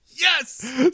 Yes